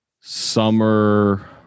summer